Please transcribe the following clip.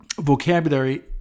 vocabulary